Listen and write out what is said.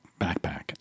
backpack